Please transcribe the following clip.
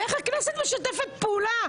איך הכנסת משתפת פעולה?